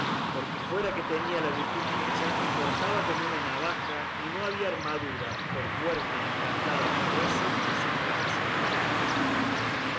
porque fuera que tenía la virtud dicha cortaba como una navaja y no había armadura por fuerte y encantada que fuese que se le parase delante